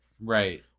Right